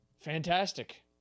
Fantastic